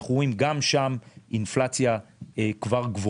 ואנחנו רואים גם שם כבר אינפלציה גבוהה.